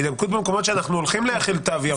הידבקות במקומות שאנחנו הולכים להחיל תו ירוק.